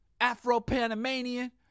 Afro-Panamanian